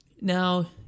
Now